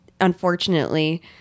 unfortunately